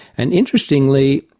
and interestingly,